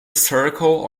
circle